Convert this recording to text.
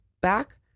back